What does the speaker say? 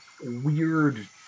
weird